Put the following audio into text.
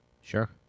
Sure